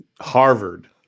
Harvard